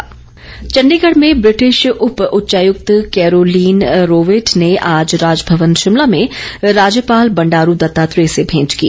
राज्यपाल चण्डीगढ़ में ब्रिटिश उप उच्चायुक्त कैरोलीन रोवेट ने आज राजभवन शिमला में राज्यपाल बंडारू दत्तात्रेय से भेंट की